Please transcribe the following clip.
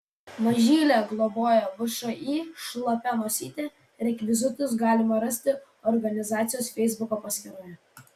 mažylę globoja všį šlapia nosytė rekvizitus galima rasti organizacijos feisbuko paskyroje